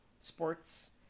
sports